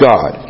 God